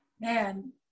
Man